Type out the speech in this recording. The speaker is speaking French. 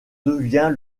devient